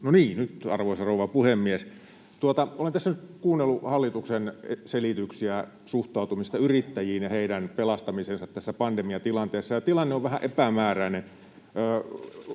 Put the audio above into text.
Kopra. Arvoisa rouva puhemies! Olen tässä nyt kuunnellut hallituksen selityksiä suhtautumisesta yrittäjiin ja heidän pelastamiseensa tässä pandemiatilanteessa, ja tilanne on vähän epämääräinen.